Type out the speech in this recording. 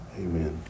amen